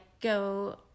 go